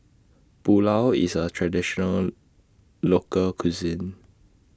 Pulao IS A Traditional Local Cuisine